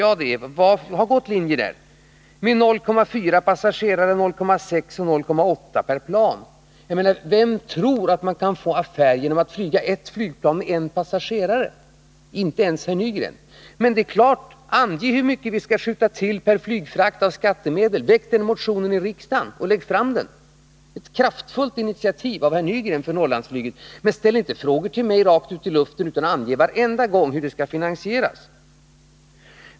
Det har gått linjer dit — med 0,4, 0,6 och 0,8 passagerare per plan. Vem tror att man kan få affärer genom att flyga ett flygplan med en passagerare? Inte ens herr Nygren. Men ange hur mycket vi skall skjuta till per flygfrakt av skattemedel! Väck en motion om detta i riksdagen! Det vore ett kraftfullt initiativ av herr Nygren för Norrlandsflyget. Ställ inte frågor till mig rakt ut i luften, utan ange varenda gång hur det skall finansieras!